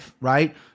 right